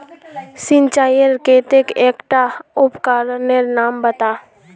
सिंचाईर केते एकटा उपकरनेर नाम बता?